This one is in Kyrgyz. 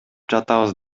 жатабыз